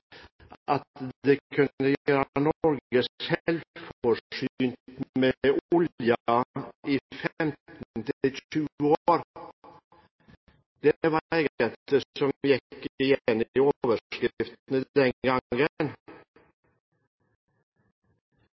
at det kunne gjøre Norge selvforsynt med olje i 15–20 år. Det var egentlig det som gikk igjen i overskriftene den